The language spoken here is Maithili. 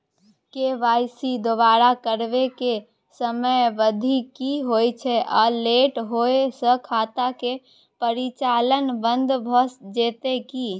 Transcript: के.वाई.सी दोबारा करबै के समयावधि की होय छै आ लेट होय स खाता के परिचालन बन्द भ जेतै की?